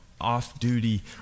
off-duty